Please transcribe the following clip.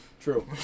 True